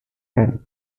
kent